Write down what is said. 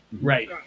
Right